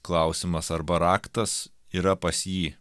klausimas arba raktas yra pas jį